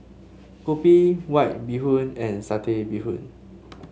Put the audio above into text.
kopi White Bee Hoon and Satay Bee Hoon